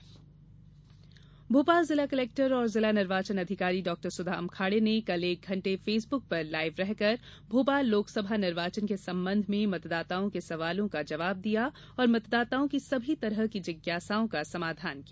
मतदाता सवाल भोपाल जिला कलेक्टर एवं जिला निर्वाचन अधिकारी डॉ सुदाम खाड़े ने कल एक घंटे फेसबुक पर लाइव रहकर भोपाल लोकसभा निर्वाचन के संबंध में मतदाताओं के सवालों का जवाब दिया और मतदाताओं की सभी तरह की जिज्ञासाओं का समाधान किया